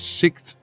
sixth